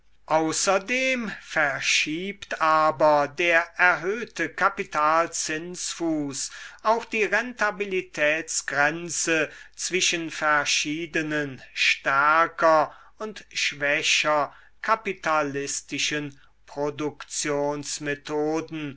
außerdem verschiebt aber der erhöhte kapitalzinsfuß auch die rentabilitätsgrenze zwischen verschiedenen stärker und schwächer kapitalistischen produktionsmethoden